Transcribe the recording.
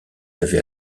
lavé